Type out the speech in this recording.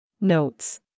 Notes